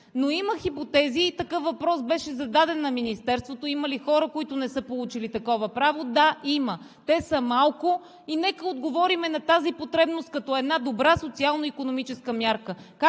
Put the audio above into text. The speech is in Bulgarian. Но има хипотези – и такъв въпрос беше зададен на Министерството: има ли хора, които не са получили такова право? Да, има, те са малко и нека отговорим на тази потребност като една добра социално-икономическа мярка.